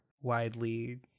widely